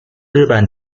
日本